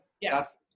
yes